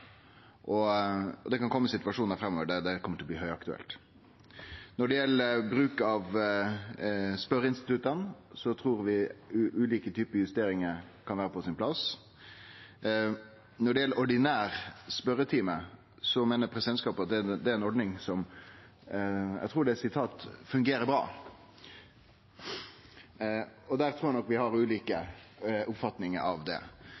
og det kan kome situasjonar framover der det kjem til å bli høgaktuelt. Når det gjeld bruk av spørjeinstitutta, trur vi ulike typar justeringar kan vere på sin plass. Når det gjeld ordinær spørjetime, meiner presidentskapet at det er ei ordning som fungerer bra. Der trur eg nok vi har ulike oppfatningar. Ordinær spørjetime er nok oppfatta av